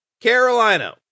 Carolina